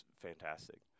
fantastic